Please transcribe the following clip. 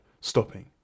stopping